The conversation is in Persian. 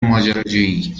ماجراجویی